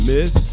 Miss